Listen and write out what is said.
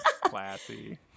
Classy